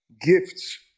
gifts